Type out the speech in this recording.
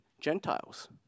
Gentiles